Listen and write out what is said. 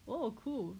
oh cool